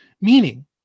meaning